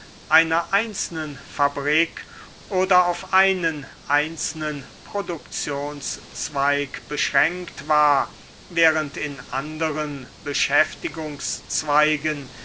einer einzelnen fabrik oder auf einen einzelnen produktionszweig beschränkt war während in anderen beschäftigungszweigen